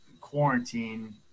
quarantine